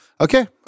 Okay